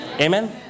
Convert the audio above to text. Amen